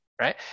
Right